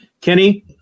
Kenny